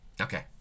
Okay